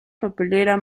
papelera